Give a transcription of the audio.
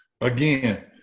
Again